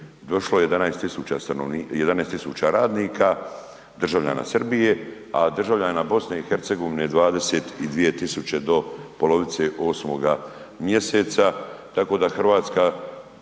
došlo 11.000 radnika, državljana Srbije, a državljana BiH 22.000 do polovice 8. mjeseca, tako da je Hrvatska